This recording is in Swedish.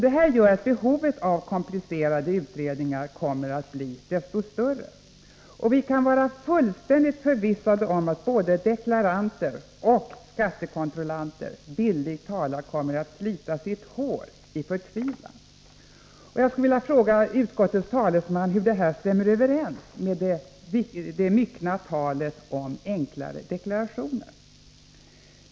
Det gör att behovet av komplicerade utredningar kommer att bli desto större, och vi kan vara fullständigt förvissade om att både deklaranter och skattekontrollanter bildligt talat kommer att slita sitt hår i förtvivlan. Jag skulle vilja fråga utskottets talesman hur det här stämmer överens med det myckna talet om enklare deklarationer.